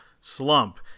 slump